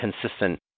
consistent